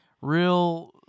real